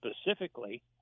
specifically